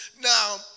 Now